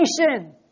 nation